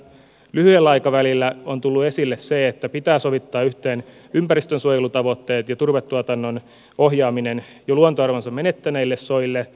lyhyellä aikavälillä on tullut esille se että pitää sovittaa yhteen ympäristönsuojelutavoitteet ja turvetuotannon ohjaaminen jo luontoarvonsa menettäneille soille